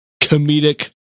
comedic